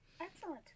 Excellent